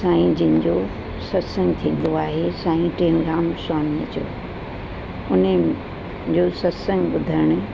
चाहे जंहिंजो सत्संग थींदो आहे साईं टेउराम साहनी जो हुनजो सत्संग ॿुधण